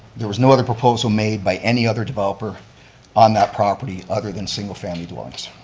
there was no other proposal made by any other developer on that property other than single-family dwellings.